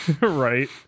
Right